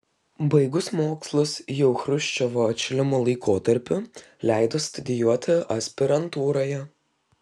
baigus mokslus jau chruščiovo atšilimo laikotarpiu leido studijuoti aspirantūroje